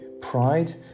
Pride